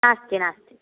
नास्ति नास्ति